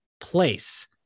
place